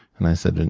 and i said, and